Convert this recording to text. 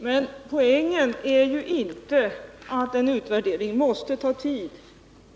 Herr talman! Men poängen är ju inte att en utvärdering måste ta tid.